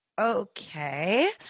okay